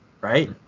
right